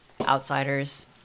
outsiders